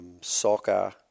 soccer